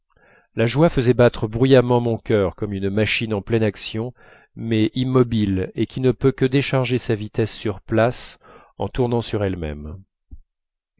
la joie faisait battre bruyamment mon cœur comme une machine en pleine action mais immobile et qui ne peut que décharger sa vitesse sur place en tournant sur elle-même